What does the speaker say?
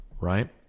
Right